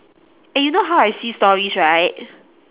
eh you know how I see stories right